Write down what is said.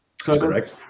correct